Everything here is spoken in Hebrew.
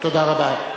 תודה רבה.